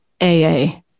AA